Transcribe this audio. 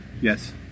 yes